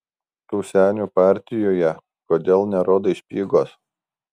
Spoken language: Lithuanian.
tu senių partijoje kodėl nerodai špygos